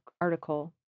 article